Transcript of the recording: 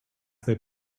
they